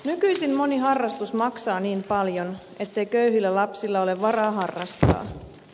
nykyisin moni harrastus maksaa niin paljon ettei köyhillä lapsilla ole varaa harrastaa